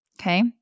okay